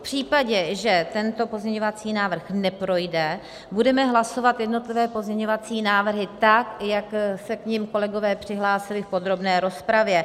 V případě, že tento pozměňovací návrh neprojde, budeme hlasovat jednotlivé pozměňovací návrhy tak, jak se k nim kolegové přihlásili v podrobné rozpravě.